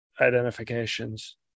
identifications